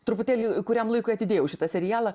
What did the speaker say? truputėlį kuriam laikui atidėjau šitą serialą